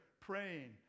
praying